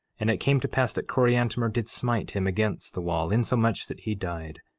and it came to pass that coriantumr did smite him against the wall, insomuch that he died.